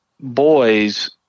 boys